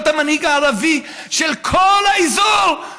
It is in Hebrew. להיות המנהיג הערבי של כל האזור,